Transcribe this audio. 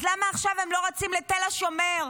אז למה עכשיו הם לא רצים לתל השומר,